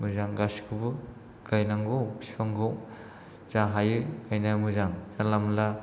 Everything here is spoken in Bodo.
मोजां गासिखौबो गायनांगौ बिफांखौ जा हायो गायनाया मोजां जानला मोनला